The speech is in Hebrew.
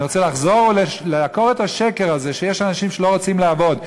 אני רוצה לחזור ולעקור את השקר הזה שיש אנשים שלא רוצים לעבוד.